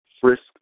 frisk